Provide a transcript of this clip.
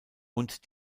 und